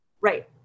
Right